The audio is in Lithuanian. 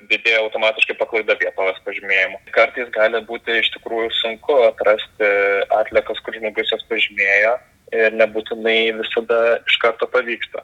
didėja automatiškai paklaida vietovės pažymėjimo kartais gali būti iš tikrųjų sunku atrasti atliekas kur žmogus jas pažymėjo ir nebūtinai visada iš karto pavyksta